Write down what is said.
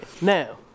now